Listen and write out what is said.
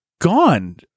gone